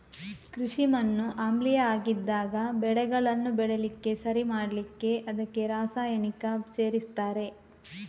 ಕೃಷಿ ಮಣ್ಣು ಆಮ್ಲೀಯ ಆಗಿದ್ದಾಗ ಬೆಳೆಗಳನ್ನ ಬೆಳೀಲಿಕ್ಕೆ ಸರಿ ಮಾಡ್ಲಿಕ್ಕೆ ಅದಕ್ಕೆ ರಾಸಾಯನಿಕ ಸೇರಿಸ್ತಾರೆ